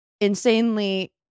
insanely